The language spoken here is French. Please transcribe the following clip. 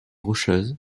rocheuse